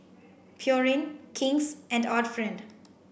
Pureen King's and Art Friend